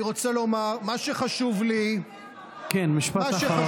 אני רוצה לומר, מה שחשוב לי, כן, משפט אחרון.